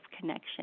connection